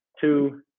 two